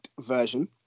version